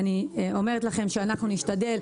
אנחנו נשתדל,